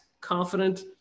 confident